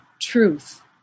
truth